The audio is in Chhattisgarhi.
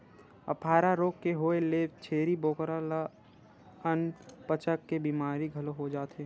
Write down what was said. अफारा रोग के होए ले छेरी बोकरा ल अनपचक के बेमारी घलो हो जाथे